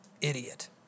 idiot